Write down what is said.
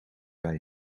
bij